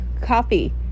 coffee